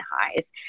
highs